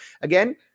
Again